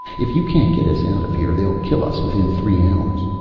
if you can't get us out of here they'll kill us within three hours.